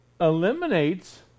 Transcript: eliminates